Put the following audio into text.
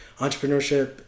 entrepreneurship